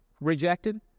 rejected